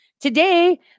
Today